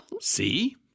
See